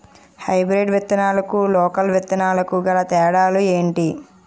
Hybrid విత్తనాలకు local విత్తనాలకు గల తేడాలు ఏంటి?